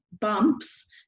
bumps